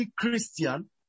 Christian